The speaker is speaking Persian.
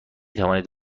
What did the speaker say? توانید